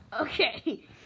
Okay